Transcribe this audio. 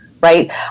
Right